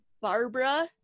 Barbara